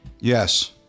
Yes